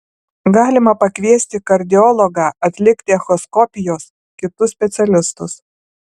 galima pakviesti kardiologą atlikti echoskopijos kitus specialistus